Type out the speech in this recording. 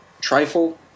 trifle